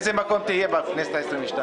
באיזה מקום תהיה בכנסת ה-22?